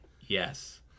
yes